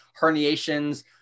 herniations